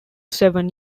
seven